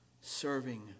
serving